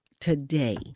today